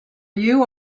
you